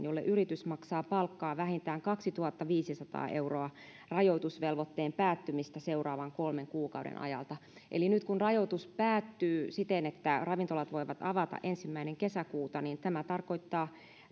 jolle yritys maksaa palkkaa vähintään kaksituhattaviisisataa euroa rajoitusvelvoitteen päättymistä seuraavan kolmen kuukauden ajalta eli nyt kun rajoitus päättyy siten että ravintolat voivat avata ensimmäinen kesäkuuta tämä tarkoittaa